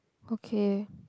okay